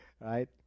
right